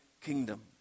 kingdom